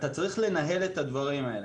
אתה צריך לנהל את הדברים האלה.